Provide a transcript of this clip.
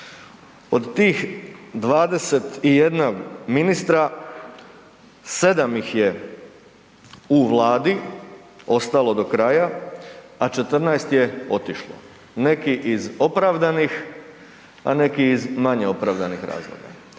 od tih 21 ministra 7 ih je u vladi ostalo do kraja, a 14 je otišlo, neki iz opravdanih, a neki iz manje opravdanih razloga.